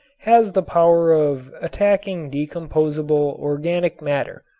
has the power of attacking decomposable organic matter.